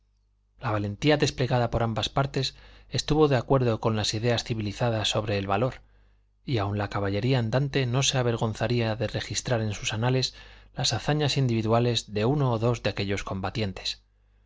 la valentía desplegada por ambas partes estuvo de acuerdo con las ideas civilizadas sobre el valor y aun la caballería andante no se avergonzaría de registrar en sus anales las hazañas individuales de uno o dos de aquellos combatientes